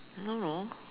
I don't know